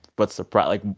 what's the like,